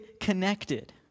connected